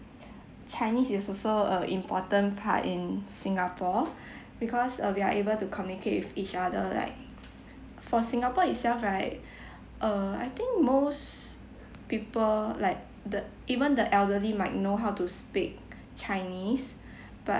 chinese is also a important part in singapore because uh we are able to communicate with each other like for singapore itself right uh I think most people like the even the elderly might know how to speak chinese but